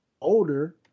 older